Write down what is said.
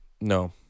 No